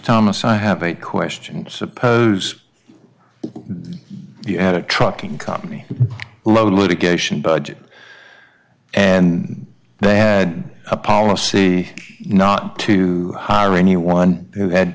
thomas i have a question suppose you had a trucking company load litigation budget and they had a policy not to hire anyone who had